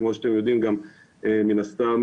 כמו שאתם יודעים מן הסתם